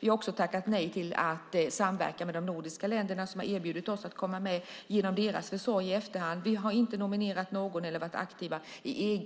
Vi har också tackat nej till att samverka med de nordiska länderna, som har erbjudit oss att komma med genom deras försorg i efterhand. Vi har inte nominerat någon eller varit aktiva i